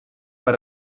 per